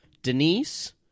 Denise